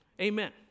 Amen